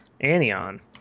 Anion